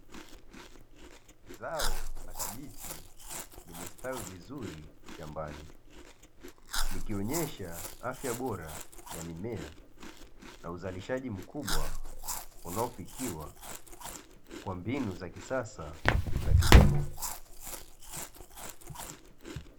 Zao la kabichi limestawi vizuri shambani. Likionyesha afya bora ya mimea na uzalishaji mkubwa unaofikiwa kwa mbinu za kisasa za kilimo.